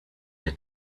der